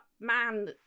man